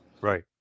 right